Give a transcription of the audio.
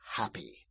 happy